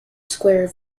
square